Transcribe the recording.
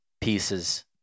pieces